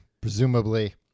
presumably